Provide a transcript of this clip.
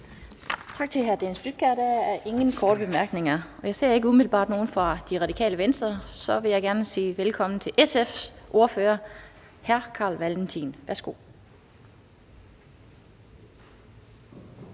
Tak til hr. Dennis Flydtkjær. Der er ingen korte bemærkninger. Jeg ser ikke umiddelbart nogen fra Det Radikale Venstre. Så vil jeg gerne sige velkommen til SF's ordfører, hr. Carl Valentin. Værsgo.